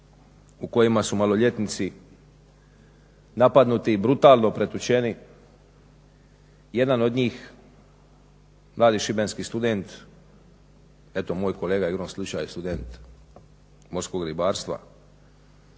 u kojima su maloljetnici napadnuti i brutalno pretučeni. Jedan od njih mladi šibenski student eto moj kolega igrom slučaj student morskog ribarstva